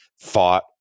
fought